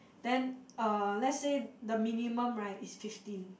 then uh let's say the minimum right is fifteen